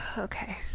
Okay